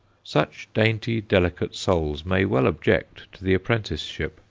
such dainty, delicate souls may well object to the apprenticeship.